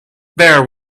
there